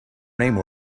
name